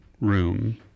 room